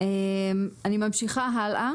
ממשיכה הלאה